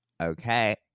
Okay